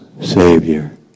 Savior